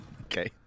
Okay